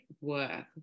work